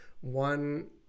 One